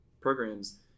Programs